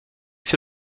sur